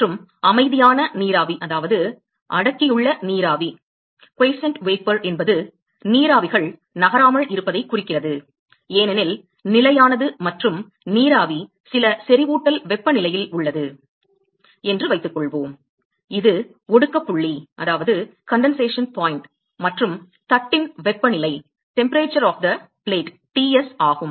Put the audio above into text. மற்றும் அமைதியான நீராவி அடக்கியுள்ள நீராவி என்பது நீராவிகள் நகராமல் இருப்பதைக் குறிக்கிறது ஏனெனில் நிலையானது மற்றும் நீராவி சில செறிவூட்டல் வெப்பநிலையில் உள்ளது என்று வைத்துக்கொள்வோம் இது ஒடுக்கப் புள்ளி மற்றும் தட்டின் வெப்பநிலை Ts ஆகும்